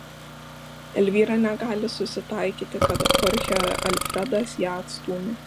elvyra negali susitaikyti kad chorchė alfredas ją atstūmė